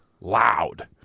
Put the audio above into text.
loud